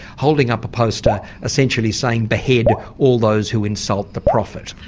holding up a poster essentially saying behead all those who insult the prophet?